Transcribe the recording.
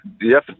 Yes